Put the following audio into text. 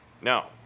no